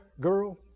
girl